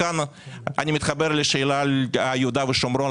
כאן אני מתחבר לשאלת יהודה ושומרון,